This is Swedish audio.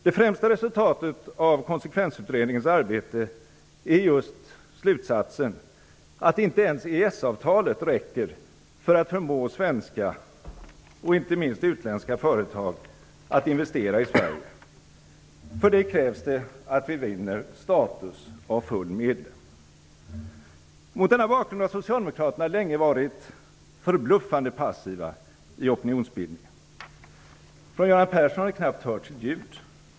Det främsta resultatet av konsekvensutredningens arbete är just slutsatsen att inte ens EES-avtalet räcker för att förmå svenska och inte minst utländska företag att investera i Sverige. För det krävs det att vi vinner status av full medlem. Mot denna bakgrund har Socialdemokraterna länge varit förbluffande passiva i opinionsbildningen. Från Göran Persson har det knappt hörts ett ljud.